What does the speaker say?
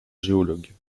géologue